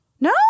No